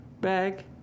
bag